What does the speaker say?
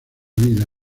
vida